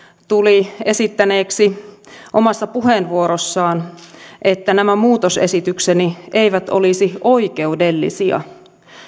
tuli esittäneeksi omassa puheenvuorossaan että nämä muutosesitykseni eivät olisi oikeudellisia